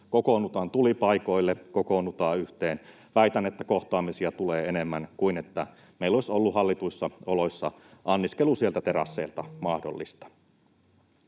kokoonnutaan tulipaikoille, kokoonnutaan yhteen. Väitän, että kohtaamisia tulee enemmän kuin jos meillä olisi ollut hallituissa oloissa anniskelu sieltä terasseilta mahdollista.